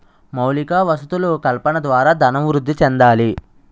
మౌలిక వసతులు కల్పన ద్వారా ధనం వృద్ధి చెందాలి